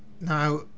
Now